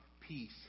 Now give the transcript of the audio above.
Peace